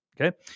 Okay